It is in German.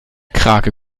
krake